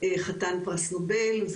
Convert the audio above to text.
חתן פרס נובל,